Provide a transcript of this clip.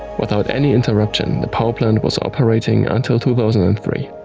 without any interruption, the power plant was operating until two thousand and three.